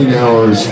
hours